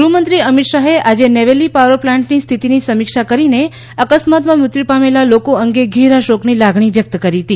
ગૃહમંત્રી અમિત શાહે આજે નેવેલી પાવર પ્લાન્ટની સ્થિતિની સમીક્ષા કરીને અકસ્માતમાં મૃત્યુ પામેલા લોકો અંગે ઘેરા શોકની લાગણી વ્યક્ત કરી હતી